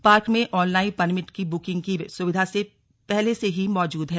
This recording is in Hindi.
पार्क में आनलाइन परमिट की बुकिंग की सुविधा पहले से ही मौजूद है